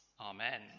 Amen